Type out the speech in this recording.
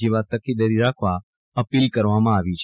જેવા તકેદારી રાખવા અપીલ કરવામાં આવી છે